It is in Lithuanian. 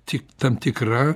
tik tam tikra